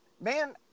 Man